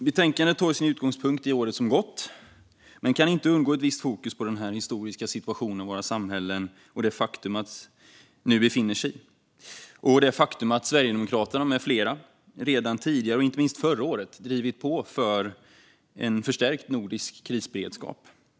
Betänkandet tar sin utgångspunkt i året som gått, även om ett visst fokus på den historiska situation som våra samhällen nu befinner sig i inte kan undgås, och i det faktum att Sverigedemokraterna med flera redan tidigare och inte minst förra året drivit på för en förstärkt nordisk krisberedskap.